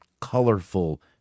colorful